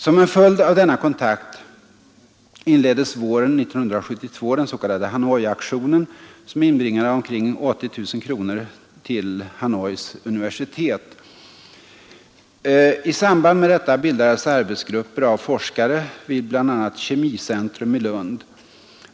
Som följd av denna kontakt inleddes våren 1972 den s.k. Hanoiaktionen, som inbringade omkring 80 000 kronor till Hanois universitet. I samband med detta bildades arbetsgrupper av forskare vid bl.a. Kemicentrum i Lund.